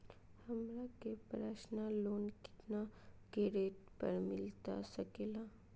हमरा के personal loan कितना के रेट पर मिलता सके ला?